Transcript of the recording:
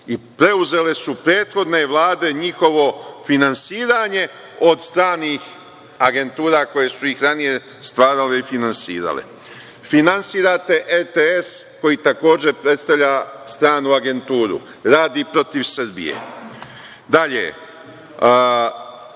Preuzele su prethodne vlade njihovo finansiranje od stranih agentura koje su ih ranije stvarale i finansirale. Finansirate RTS koji takođe predstavlja stranu agenturu, radi protiv Srbije. Dalje,